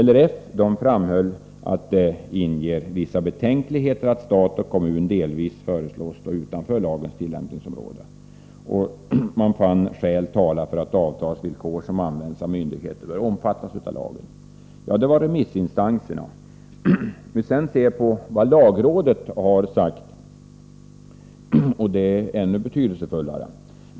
LRF framhöll att det inger vissa betänkligheter att stat och kommun delvis föreslås stå utanför lagens tillämpningsområde och fann skäl tala för att avtalsvillkor som används av myndigheter bör omfattas av lagen. Det var remissinstanserna. Låt oss se på vad lagrådet har sagt, vilket är ännu mer betydelsefullt.